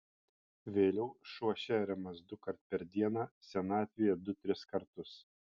vėliau šuo šeriamas dukart per dieną senatvėje du tris kartus